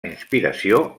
inspiració